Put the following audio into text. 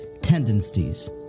tendencies